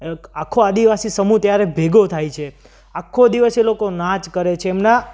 આખો આદિવાસી સમૂહ ત્યારે ભેગો થાય છે આખો દિવસ એ લોકો નાચ કરે છે એમના